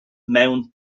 mewn